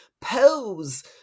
pose